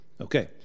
Okay